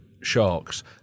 Sharks